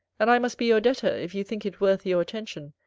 and i must be your debtor, if you think it worth your attention,